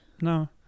no